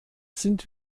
sind